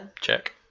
Check